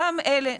אותם אלה,